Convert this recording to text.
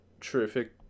terrific